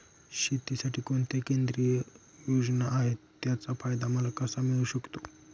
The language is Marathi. शेतीसाठी कोणत्या केंद्रिय योजना आहेत, त्याचा फायदा मला कसा मिळू शकतो?